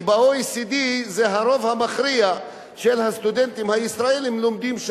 כי ב-OECD לומדים הרוב המכריע של הסטודנטים הישראלים.